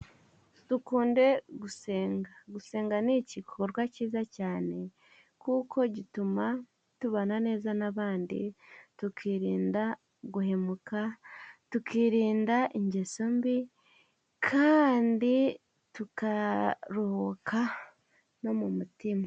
Dukunde gusenga. Gusenga ni igikorwa cyiza cyane, kuko gituma tubana neza n'abandi, tukirinda guhemuka, tukirinda ingeso mbi, kandi tukaruhuka no mu mutima.